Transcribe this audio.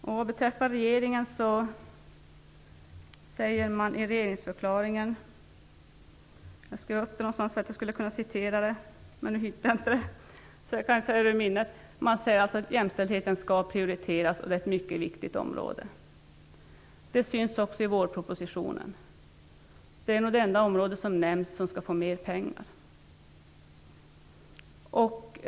Vad beträffar regeringen sägs i regeringsförklaringen att jämställdheten skall prioriteras och att det är ett mycket viktigt område. Det syns också i vårpropositionen. Det är det enda område som nämns som skall få mer pengar.